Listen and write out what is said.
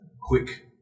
quick